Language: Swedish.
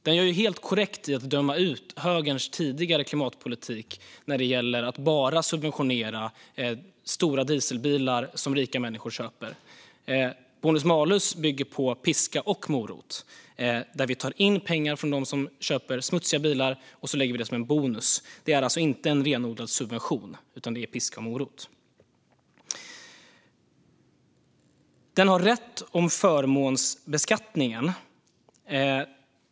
Den dömer helt korrekt ut högerns tidigare klimatpolitik när det gäller att bara subventionera stora dieselbilar som rika människor köper. Bonus-malus bygger på piska och morot. Vi tar in pengar från dem som köper smutsiga bilar och lägger dem som en bonus. Det är alltså inte en renodlad subvention, utan det är piska och morot. Den har rätt om förmånsbeskattningen.